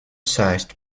sized